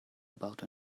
about